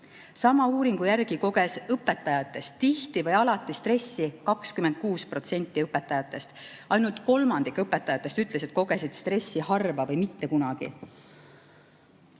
Sama uuringu järgi koges õpetajatest tihti või alati stressi 26%. Ainult kolmandik õpetajatest ütles, et kogesid stressi harva või mitte kunagi.